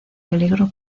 peligro